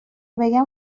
بگم